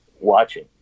watching